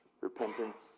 repentance